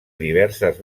diverses